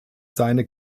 seine